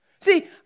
See